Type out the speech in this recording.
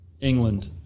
England